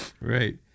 Right